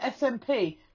SMP